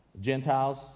Gentiles